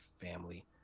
family